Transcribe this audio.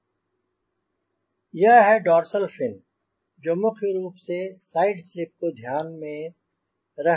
Refer Slide Time 2733 यह dorsal fin है जो मुख्य रूप से साइड स्लिप को ध्यान में रखकर चाहिए होता है